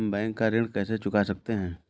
हम बैंक का ऋण कैसे चुका सकते हैं?